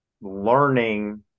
learning